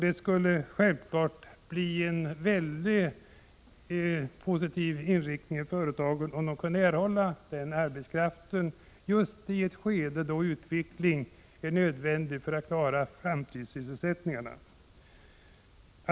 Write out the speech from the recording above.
Det skulle naturligtvis vara mycket positivt för företagen om de kunde erhålla denna arbetskraft just i ett skede då utveckling är nödvändig för att klara sysselsättningen i framtiden.